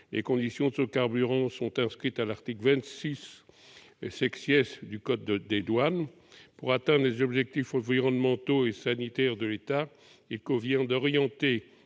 Les conditions de ce remboursement sont définies à l'article 265 du code des douanes. Pour atteindre les objectifs environnementaux et sanitaires de l'État, il convient d'orienter